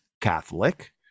Catholic